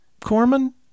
Corman